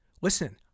Listen